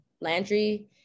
Landry